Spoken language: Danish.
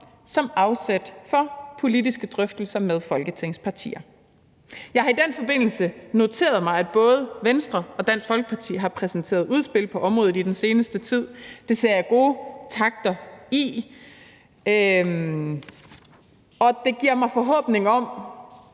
som afsæt for politiske drøftelser med Folketingets partier. Jeg har i den forbindelse noteret mig, at både Venstre og Dansk Folkeparti har præsenteret udspil på området i den seneste tid. Det ser jeg gode takter i, og det giver mig – i